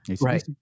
Right